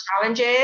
challenges